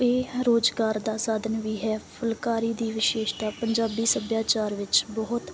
ਇਹ ਰੁਜ਼ਗਾਰ ਦਾ ਸਾਧਨ ਵੀ ਹੈ ਫੁਲਕਾਰੀ ਦੀ ਵਿਸ਼ੇਸ਼ਤਾ ਪੰਜਾਬੀ ਸੱਭਿਆਚਾਰ ਵਿੱਚ ਬਹੁਤ